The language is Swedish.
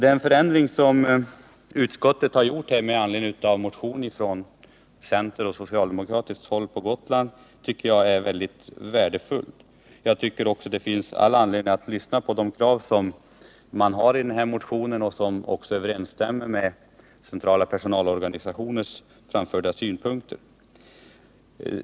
Den förändring som utskottet har gjort med anledning av en motion från centerpartister och socialdemokrater på Gotland är mycket värdefull, tycker jag. Det finns också all anledning att lyssna på de krav som ställs i motionen, som också överensstämmer med de synpunkter som den centrala personalorganisationen framfört.